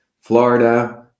Florida